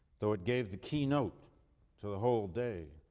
though it gave the key note to the whole day.